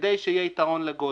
כדי שיהיה יתרון לגודל.